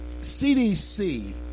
CDC